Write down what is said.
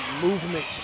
movement